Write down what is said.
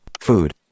Food